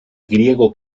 griego